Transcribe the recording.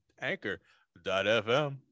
anchor.fm